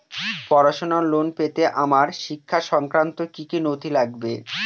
পড়াশুনোর লোন পেতে আমার শিক্ষা সংক্রান্ত কি কি নথি লাগবে?